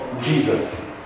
Jesus